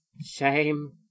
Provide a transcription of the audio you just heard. Shame